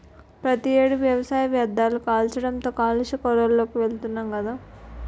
ప్రతి ఏడు వ్యవసాయ వ్యర్ధాలు కాల్చడంతో కాలుష్య కోరల్లోకి వెలుతున్నాం గదా